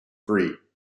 three